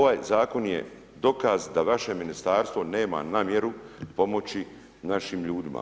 Ovaj Zakon je dokaz da vaše Ministarstvo nema namjeru pomoći našim ljudima.